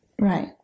Right